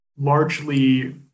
largely